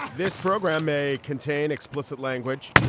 this program may contain explicit language.